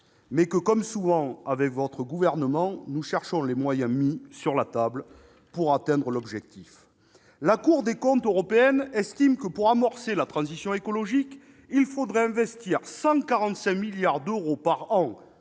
mais que, comme souvent avec le gouvernement auquel vous appartenez, nous cherchons les moyens mis sur la table pour atteindre l'objectif. La Cour des comptes européenne estime que, pour amorcer la transition écologique en France, il faudrait investir 145 milliards d'euros par an